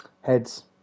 Heads